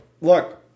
look